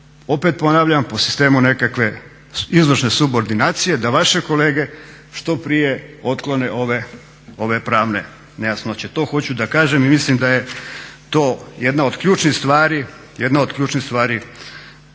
opet ponavljam po sistemu nekakve izvršne subordinacije, da vaše kolege što prije otklone ove pravne nejasnoće. To hoću da kažem i mislim da je to jedna od ključnih stvari